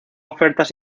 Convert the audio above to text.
ofertas